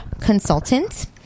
consultant